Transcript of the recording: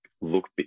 look